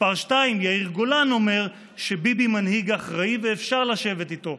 מספר 2 יאיר גולן אומר שביבי מנהיג אחראי ואפשר לשבת איתו.